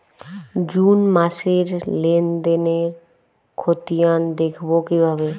June মাসের লেনদেনের খতিয়ান দেখবো কিভাবে?